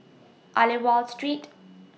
Aliwal Street